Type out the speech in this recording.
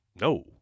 No